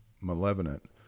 malevolent